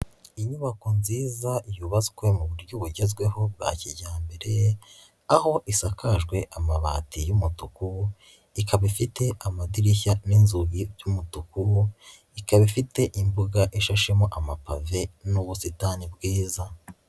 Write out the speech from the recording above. Inyubako nziza yubatswe mu buryo bugezweho bwa kijyambere, aho isakajwe amabati y'umutuku, ikaba ifite amadirishya n'inzugi by'umutuku, ikaba ifite imbuga ishashemo amapave n'ubusitani bwiza.